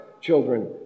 children